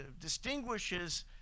distinguishes